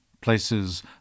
places